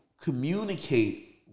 communicate